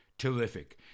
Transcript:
Terrific